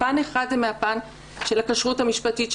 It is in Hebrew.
פן אחד הוא פן של הכשרות המשפטית,